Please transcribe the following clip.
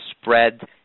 spread